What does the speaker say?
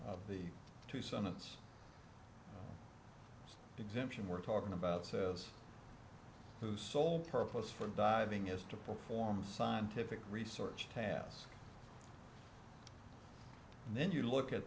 of the two summits exemption we're talking about says whose sole purpose for diving is to perform scientific research task and then you look at